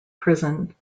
prison